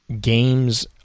games